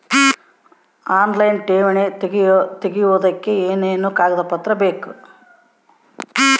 Online ಠೇವಣಿ ತೆಗಿಯೋದಕ್ಕೆ ಏನೇನು ಕಾಗದಪತ್ರ ಬೇಕು?